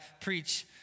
preach